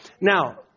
Now